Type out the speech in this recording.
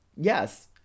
yes